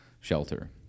shelter